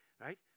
right